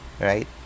right